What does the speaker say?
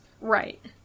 Right